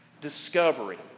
Discovery